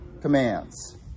commands